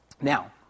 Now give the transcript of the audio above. Now